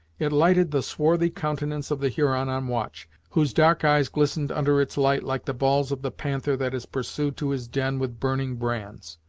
it lighted the swarthy countenance of the huron on watch, whose dark eyes glistened under its light like the balls of the panther that is pursued to his den with burning brands.